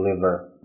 deliver